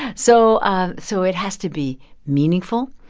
so ah so it has to be meaningful.